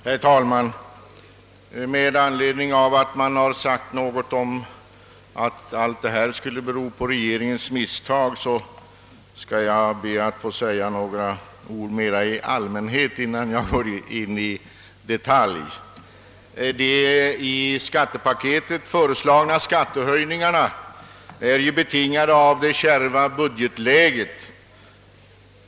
Herr talman! Eftersom det här gjorts gällande att de föreslagna skattehöjningarna skulle vara en följd av regeringens tidigare misstag vill jag säga några ord mera allmänt, innan jag går in i detalj på förslaget. De i skattepaketet föreslagna skattehöjningarna är betingade av det kärva budgetläget.